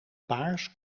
paars